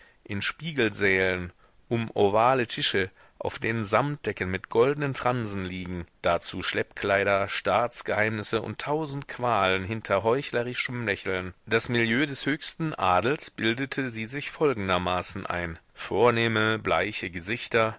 in spiegelsälen um ovale tische auf denen samtdecken mit goldnen fransen liegen dazu schleppkleider staatsgeheimnisse und tausend qualen hinter heuchlerischem lächeln das milieu des höchsten adels bildete sie sich folgendermaßen ein vornehme bleiche gesichter